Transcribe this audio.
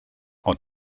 are